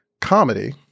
comedy